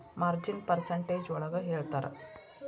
ಮಾರ್ಜಿನ್ನ percentage ಒಳಗ ಹೇಳ್ತರ